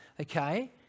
okay